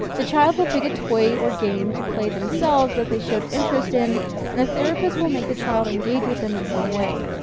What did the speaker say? the child will pick a toy or game to play themselves that they showed interest in and the therapist will make the child engage with them in some way.